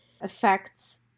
affects